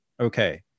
Okay